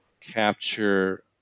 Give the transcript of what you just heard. capture